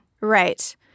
right